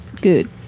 good